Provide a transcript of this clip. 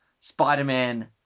Spider-Man